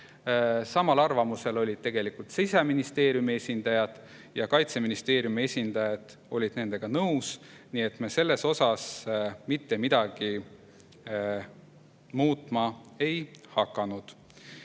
Samal arvamusel olid Siseministeeriumi esindajad. Kaitseministeeriumi esindajad olid nendega nõus. Nii et me siin mitte midagi muutma ei hakanud.